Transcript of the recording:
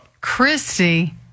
Christy